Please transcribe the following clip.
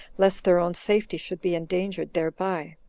lest their own safety should be endangered thereby.